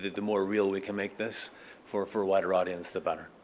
the more real we can make this for for a wider audience the better.